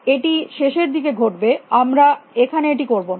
এটি শেষের দিকে ঘটবে আমরা এখানে এটি করব না